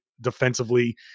defensively